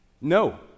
No